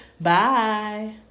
Bye